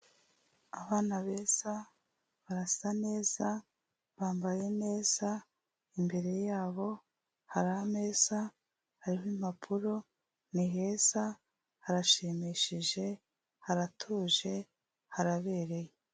Abana beza, barasa neza, bambaye neza, imbere yabo hari ameza, hariho impapuro, ni heza, harashimishije, haratuje, harabereye.